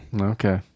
Okay